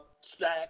stack